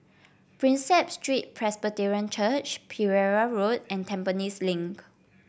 Prinsep Street Presbyterian Church Pereira Road and Tampines Link